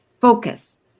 focus